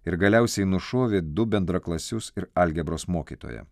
ir galiausiai nušovė du bendraklasius ir algebros mokytoją